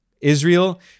Israel